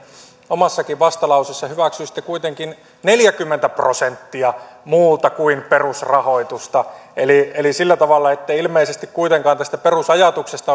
omassakin vastalauseessanne hyväksyisitte neljäkymmentä prosenttia muuta kuin perusrahoitusta eli eli sillä tavalla ette ilmeisesti kuitenkaan tästä perusajatuksesta